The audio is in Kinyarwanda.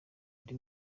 ari